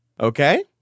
Okay